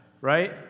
right